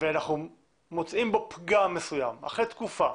ואנחנו מוצאים בו פגם מסוים אחרי תקופה,